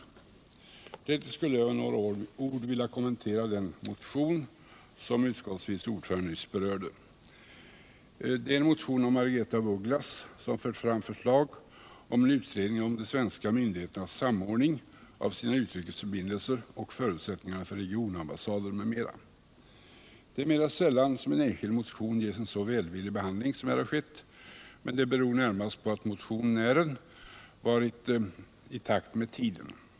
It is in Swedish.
XT | telsverksamhets: För det andra skulle jag med några ord vilja kommentera den motion som område utskottets vice ordförande nyss berörde. Det är en motion av Margaretha af Ugglas, som fört fram förslag om en utredning av ”de svenska myndigheternas samordning av sina utrikes förbindelser och förutsättningarna för regionambassader” m.m. Det är mera sällan som en enskild motion ges en så välvillig behandling som här har skett, men det beror närmast på att motionären varit i takt med tiden.